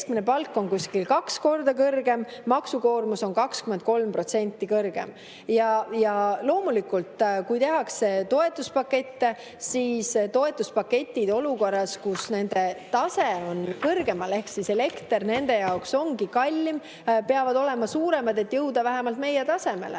palk on kusagil kaks korda kõrgem, maksukoormus on 23% kõrgem. Ja loomulikult, kui tehakse toetuspakette, siis toetuspaketid olukorras, kus nende tase on kõrgemal ehk elekter nende jaoks on kallim, peavad olema suuremad, et jõuda vähemalt meie tasemele.